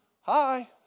Hi